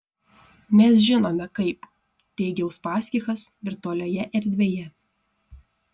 mes žinome kaip teigia uspaskichas virtualioje erdvėje